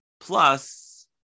Plus